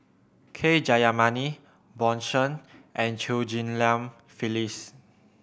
K Jayamani Bjorn Shen and Chew Ghim Lian Phyllis